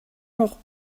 noch